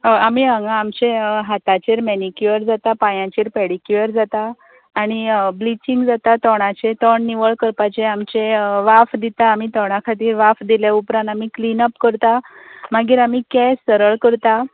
हय आमी हांगा आमचे हाताचेर मॅनिक्यूवर जाता पायांचेर पॅडिक्यूवर जाता आनी ब्लिचींग जाता तोंडाचें तोंड निवळ करपाचें आमचें वाफ दितात आमी तोंडा खातीर वाफ दिल्या उपरांत आमी क्लिन अप करतात मागीर आमी केंस सरळ करता